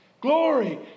Glory